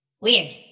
Weird